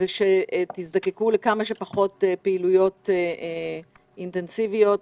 שתזדקקו לכמה שפחות פעילויות אינטנסיביות,